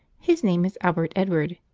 his name is albert edward,